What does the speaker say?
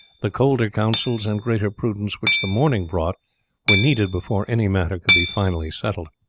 the colder counsels and greater prudence which the morning brought were needed before any matter could be finally settled.